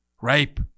Rape